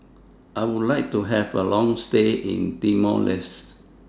I Would like to Have A Long stay in Timor Leste